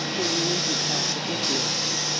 he needed her forgiveness,